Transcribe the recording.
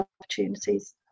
opportunities